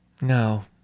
No